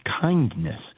kindness